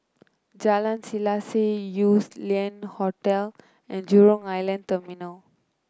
Jalan Selaseh Yew Lian Hotel and Jurong Island Terminal